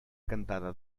cantada